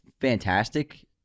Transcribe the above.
fantastic